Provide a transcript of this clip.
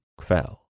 fell